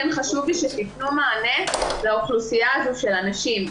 כן חשוב לי שתיתנו מענה לאוכלוסייה הזו של הנשים.